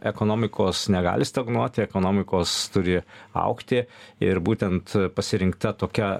ekonomikos negali stagnuoti ekonomikos turi augti ir būtent pasirinkta tokia